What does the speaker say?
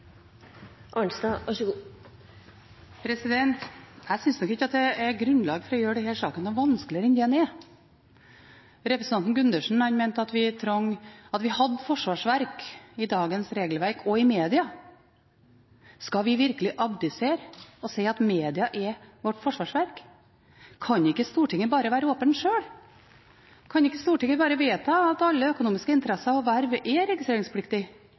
grunnlag for å gjøre denne saken noe vanskeligere enn det den er. Representanten Gundersen mente at vi hadde forsvarsverk i dagens regelverk og i media. Skal vi virkelig abdisere og si at media er vårt forsvarsverk? Kan ikke Stortinget bare være åpne sjøl? Kan ikke Stortinget bare vedta at alle økonomiske interesser og verv er